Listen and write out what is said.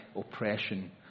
oppression